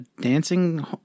dancing